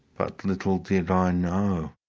but little did i know.